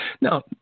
Now